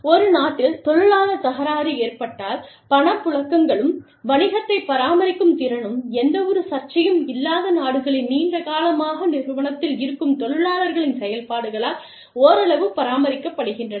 ஒரு நாட்டில் தொழிலாளர் தகராறு ஏற்பட்டால் பணப்புழக்கங்களும் வணிகத்தைப் பராமரிக்கும் திறனும் எந்தவொரு சர்ச்சையும் இல்லாத நாடுகளின் நீண்ட காலமாக நிறுவனத்தில் இருக்கும் தொழிலாளர்களின் செயல்பாடுகளால் ஓரளவு பராமரிக்கப்படுகின்றன